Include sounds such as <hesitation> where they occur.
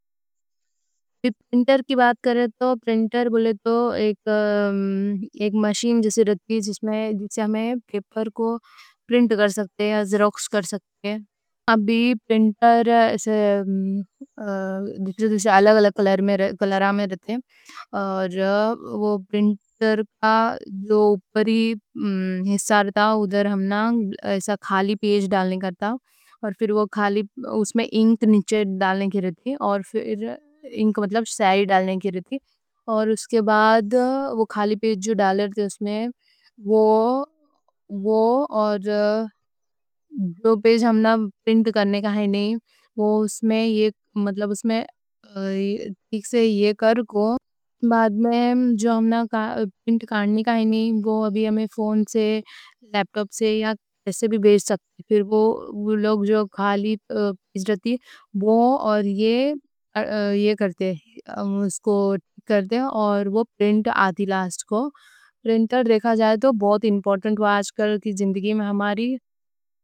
پرنٹر کی بات کریں تو پرنٹر بولے تو <hesitation> ایک مشین جیسے رہتی ہے۔ جس میں جس سے ہمیں پیپر کو پرنٹ کر سکتے، زیروکس کر سکتے۔ ہیں ابھی پرنٹر <hesitation> ایسے الگ الگ کلر میں رہتے ہیں۔ پرنٹر کا جو اوپری حصہ رہتا، ہمنا خالی پیج ڈالنے کو رہتا، اس میں انک ڈالنے کو ہوتا اور پھر انک مطلب سیاہی ڈالنے کو ہوتی۔ اور اس کے بعد وہ خالی پیج ڈالنے کو ہوتی، اس میں وہ <hesitation> وہ اور دو پیج ہمنا پرنٹ کرنے کا ہے نی۔ اس میں ٹھیک سے یہ کر کو، بعد میں جو اس میں پرنٹ نکالنے کا نی، وہ ابھی فون سے لیپ ٹاپ سے یا کیسے بھی بھیج سکتے۔ بعد میں اس میں جو خالی پیج رہتی وہ اور <hesitation> یہ ایسے کرتے، بعد میں پرنٹ آ جاتی ہماری میں۔ <hesitation> پرنٹر دیکھا جائے تو آج کل کی زندگی میں بہت امپورٹنٹ ہے ہماری۔